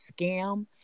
scam